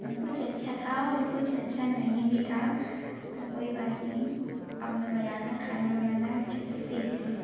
कुछ अच्छा था और कुछ अच्छा नहीं भी था तो कोई बात नहीं अब मैं बनाना खाना बनाना अच्छे से सीख गई